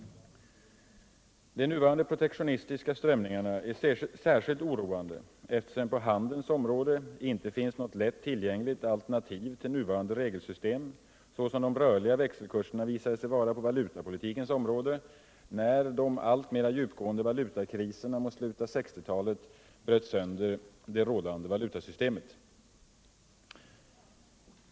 De nuvarande protektionistiska strömningarna är särskilt oroande eftersom det på handelns område inte finns något lätt tillgängligt alternativ till nuvarande regelsystem, som de rörliga växelkurserna visade sig vara på valutapolitikens område, när de alltmera djupgående valutakriserna mot slutet av 1960-talet bröt sönder det rådande valutasystemet.